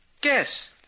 Guess